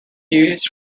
used